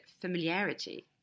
familiarity